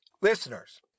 Listeners